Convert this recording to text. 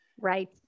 right